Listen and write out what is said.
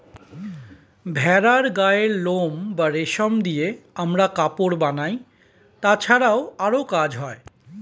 ভেড়ার গায়ের লোম বা রেশম দিয়ে আমরা কাপড় বানাই, তাছাড়াও আরো কাজ হয়